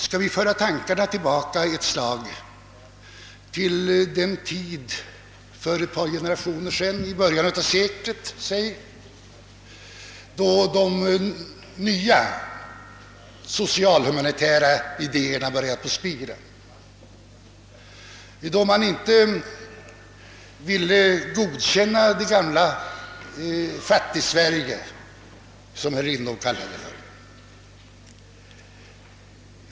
Låt oss ett ögonblick tänka på den tid för ett par generationer sedan, i början av seklet, då de nya social-humanitära idéerna började spira — då man inte ville godkänna det gamla Fattigsverige, som herr Lindholm sade.